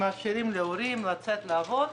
הם מאפשרים להורים לצאת לעבוד.